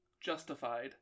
Justified